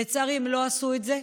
לצערי, הם לא עשו את זה.